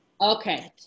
Okay